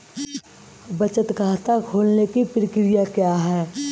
बचत खाता खोलने की प्रक्रिया क्या है?